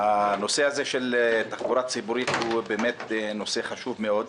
הנושא הזה של תחבורה ציבורית הוא באמת נושא חשוב מאוד,